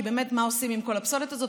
כי מה עושים עם כל הפסולת הזאת?